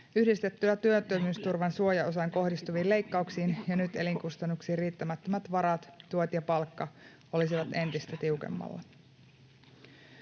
Yhdistettynä työttömyysturvan suojaosaan kohdistuviin leikkauksiin jo nyt elinkustannuksiin riittämättömät varat (tuet ja palkka) olisivat entistä tiukemmalla.”